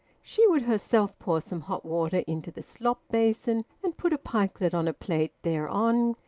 she would herself pour some hot water into the slop basin, and put a pikelet on a plate thereon,